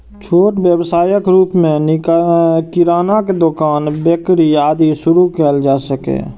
छोट व्यवसायक रूप मे किरानाक दोकान, बेकरी, आदि शुरू कैल जा सकैए